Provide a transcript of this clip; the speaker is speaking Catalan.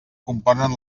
componen